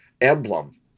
emblem